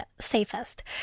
safest